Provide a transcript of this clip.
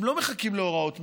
הם לא מחכים להוראות ממך.